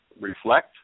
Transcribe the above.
reflect